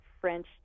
French